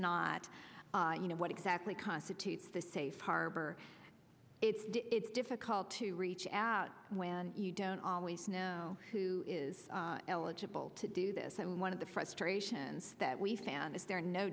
not you know what exactly constitutes the safe harbor it's difficult to reach out when you don't always know who is eligible to do this and one of the frustrations that we fan is there